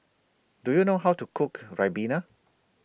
Do YOU know How to Cook Ribena